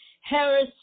Harris